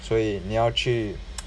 所以你要去